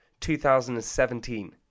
2017